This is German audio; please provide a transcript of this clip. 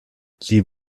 sie